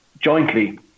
jointly